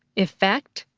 effect,